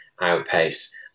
outpace